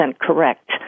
correct